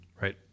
Right